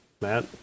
Matt